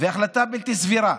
והחלטה בלתי סבירה,